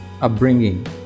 upbringing